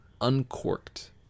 Uncorked